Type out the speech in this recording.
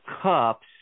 cups